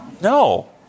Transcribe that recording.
No